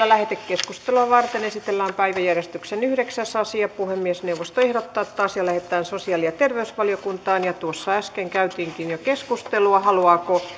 lähetekeskustelua varten esitellään päiväjärjestyksen yhdeksäs asia puhemiesneuvosto ehdottaa että asia lähetetään sosiaali ja terveysvaliokuntaan tuossa äsken käytiinkin jo keskustelua haluaako